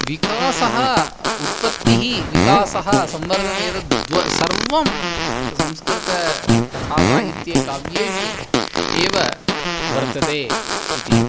विकासः उत्पत्तिः विकासः संवर्धनमेतद् द्वे सर्वं संस्कृतकथासाहित्ये काव्येषु एव वर्तते इति